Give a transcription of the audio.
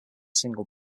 single